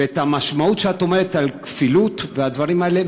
ואת המשמעות שאת אומרת על כפילות והדברים האלה,